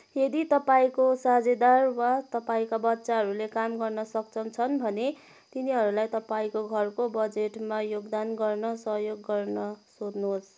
यदि तपाईँको साझेदार वा तपाईँका बच्चाहरूले काम गर्न सक्षम छन् भने तिनीहरूलाई तपाईँको घरको बजेटमा योगदान गर्न सहयोग गर्न सोध्नुहोस्